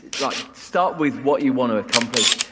like, start with what you want to accomplish.